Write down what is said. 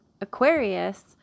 Aquarius